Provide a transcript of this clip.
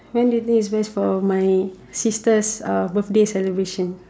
when do you think is best for my sister's uh birthday celebration